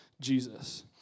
Jesus